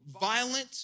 violent